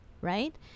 right